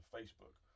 Facebook